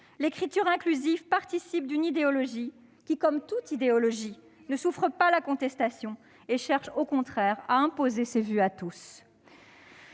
l'écriture inclusive participe d'une idéologie qui, comme toute idéologie, ne souffre pas la contestation et dont les partisans cherchent au contraire à imposer leurs vues à tous.